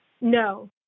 No